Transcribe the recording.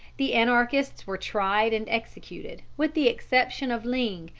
the anarchists were tried and executed, with the exception of ling,